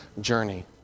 journey